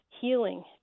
healing